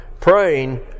Praying